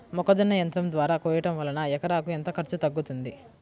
మొక్కజొన్న యంత్రం ద్వారా కోయటం వలన ఎకరాకు ఎంత ఖర్చు తగ్గుతుంది?